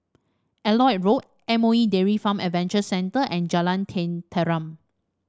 Elliot Road M O E Dairy Farm Adventure Centre and Jalan Tenteram